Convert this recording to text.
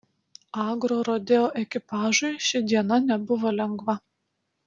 agrorodeo ekipažui ši diena nebuvo lengva